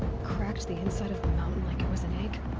cracked the inside of the mountain like it was an egg?